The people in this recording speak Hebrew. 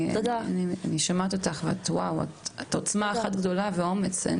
אני שומעת אותך ואת עוצמה אחת גדולה ומלאת אומץ,